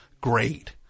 Great